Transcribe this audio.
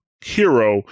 hero